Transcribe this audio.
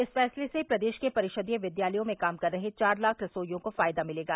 इस फैसले से प्रदेश के परिषदीय विद्यालयों में काम कर रहे चार लाख रसोइयों को फायदा मिलेगा